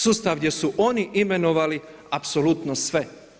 Sustav gdje su oni imenovali apsolutno sve.